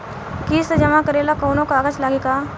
किस्त जमा करे ला कौनो कागज लागी का?